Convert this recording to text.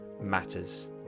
matters